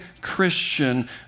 Christian